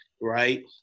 right